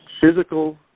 physical